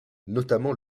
notamment